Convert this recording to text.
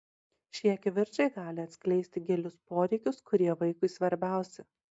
šie kivirčai gali atskleisti gilius poreikius kurie vaikui svarbiausi